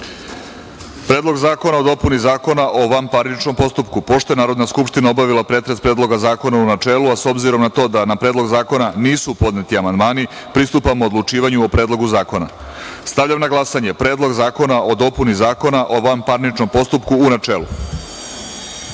Predlog zakona o dopuni Zakona o vanparničnom postupku. Pošto je Narodna skupština obavila pretres Predloga zakona u načelu, a s obzirom na to da na Predlog zakona nisu podneti amandmani, pristupamo odlučivanju o Predlogu zakona. Stavljam na glasanje Predlog zakona o dopuni Zakona o vanparničnom postupku, u